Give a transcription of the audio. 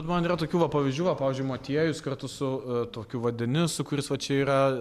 man yra tokių va pavyzdžių va pavyzdžiui motiejus kartu su tokiu va denisu kuris va čia yra